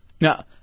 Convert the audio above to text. Now